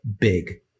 big